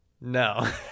No